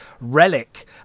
relic